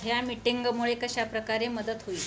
ह्या मिटींगमुळे कशा प्रकारे मदत होईल